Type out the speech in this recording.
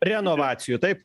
renovacijų taip